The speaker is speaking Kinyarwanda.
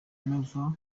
nova